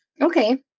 Okay